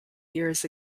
years